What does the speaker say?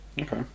okay